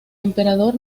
emperador